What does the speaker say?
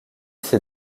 ces